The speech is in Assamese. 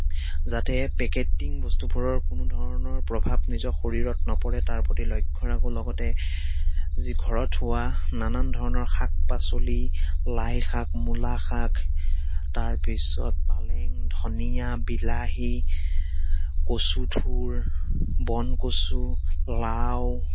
যাতে পেকেটিং বস্তুবোৰৰ কোনো ধৰণৰ প্ৰভাৱ নিজৰ শৰীৰত নপৰে তাৰ প্ৰতি লক্ষ্য ৰাখোঁ লগতে যি ঘৰত হোৱা নানান ধৰণৰ শাক পাচলি লাই শাক মূলা শাক তাৰপিছত পালেং ধনিয়া বিলাহী কচুথোৰ বনকচু লাও